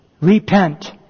Repent